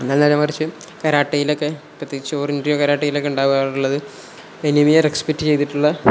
എന്നാൽ നേരെമറിച്ച് കരാട്ടയിലൊക്കെ ഷൊറിനൃയു കരാട്ടയിലൊക്കെ ഉണ്ടാകാറുള്ളത് എനിമിയെ റെക്സ്പെക്റ്റ് ചെയ്തിട്ടുള്ള